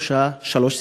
משלוש סיבות: